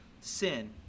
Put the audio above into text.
sin